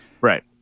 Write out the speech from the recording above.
Right